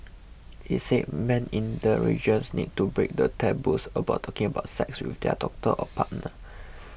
he said men in the regions need to break the taboos about talking about sex with their doctor or partner